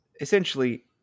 essentially